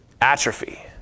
atrophy